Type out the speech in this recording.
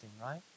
right